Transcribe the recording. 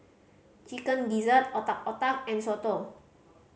Chicken Gizzard Otak Otak and soto